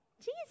Jesus